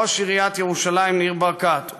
ראש עיריית ירושלים ניר ברקת,